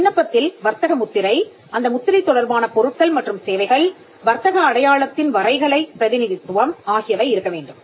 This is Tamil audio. விண்ணப்பத்தில் வர்த்தக முத்திரை அந்த முத்திரை தொடர்பான பொருட்கள் மற்றும் சேவைகள் வர்த்தக அடையாளத்தின் வரைகலை பிரதிநிதித்துவம் ஆகியவை இருக்க வேண்டும்